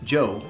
Joe